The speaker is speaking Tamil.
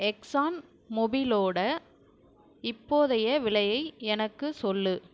எக்ஸான் மொபைலோட இப்போதைய விலையை எனக்கு சொல்